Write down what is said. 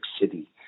City